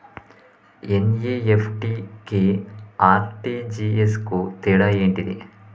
NEFT కి RTGS కు తేడా ఏంటిది?